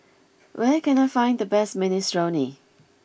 where can I find the best Minestrone